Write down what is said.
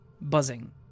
buzzing